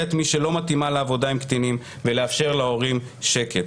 את מי שלא מתאימה לעבודה עם קטינים ולאפשר להורים שקט,